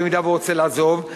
במידה שהוא רוצה לעזוב.